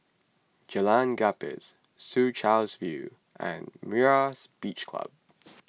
Jalan Gapis Soo Chow's View and Myra's Beach Club